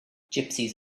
gypsies